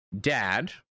Dad